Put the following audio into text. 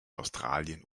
australien